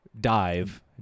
dive